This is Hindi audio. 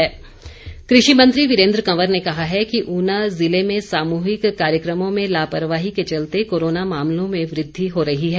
कृषि मंत्री कृषि मंत्री वीरेन्द्र कंवर ने कहा है कि ऊना ज़िले में सामूहिक कार्यक्रमों में लापरवाही के चलते कोरोना मामलों में वृद्धि हो रही है